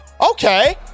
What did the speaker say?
Okay